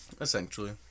Essentially